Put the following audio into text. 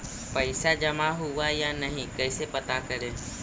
पैसा जमा हुआ या नही कैसे पता करे?